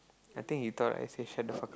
I think he thought I say shut up